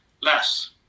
less